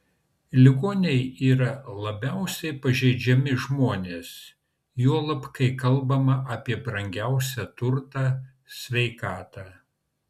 ligoniai yra labiausiai pažeidžiami žmonės juolab kai kalbama apie brangiausią turtą sveikatą